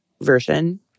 version